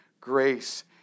grace